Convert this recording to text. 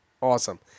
awesome